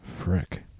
Frick